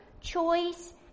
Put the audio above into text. choice